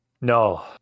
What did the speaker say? No